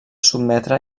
sotmetre